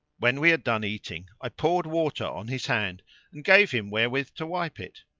when we had done eating, i poured water on his hand and gave him wherewith to wipe it.